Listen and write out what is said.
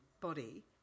body